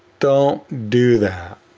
don't do that.